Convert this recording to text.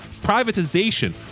privatization